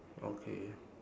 okay